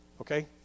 Okay